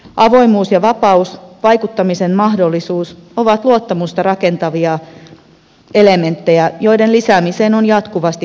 avoimuus vapaus ja vaikuttamisen mahdollisuus ovat luottamusta rakentavia elementtejä joiden lisäämiseksi on jatkuvasti ponnisteltava